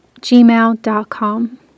gmail.com